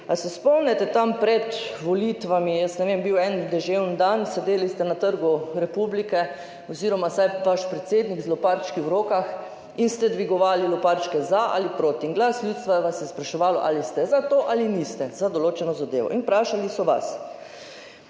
Ali se spomnite tam pred volitvami, jaz ne vem, bil je en deževen dan, sedeli ste na Trgu republike oziroma vsaj vaš predsednik z loparčki v rokah in ste dvigovali loparčke za ali proti? In glas ljudstva vas je spraševal, ali ste za to ali niste za določeno zadevo. In vprašali so vas,